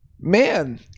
man